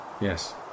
yes